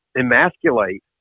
emasculate